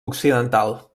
occidental